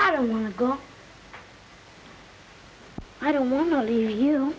i don't want to go i don't want to leave you